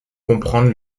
comprendre